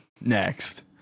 next